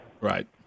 right